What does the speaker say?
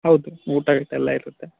ಹೌದು ಊಟ ಇರತ್ತೆ ಎಲ್ಲ ಇರತ್ತೆ